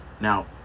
Now